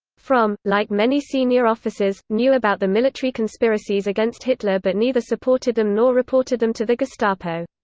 fromm, like many senior officers, knew about the military conspiracies against hitler but neither supported them nor reported them to the gestapo.